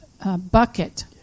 bucket